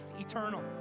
eternal